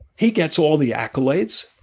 he gets all the accolades.